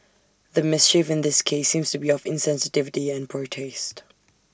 the mischief in this case seems to be of insensitivity and poor taste